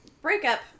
Breakup